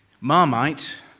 marmite